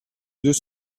deux